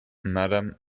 madam